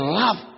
love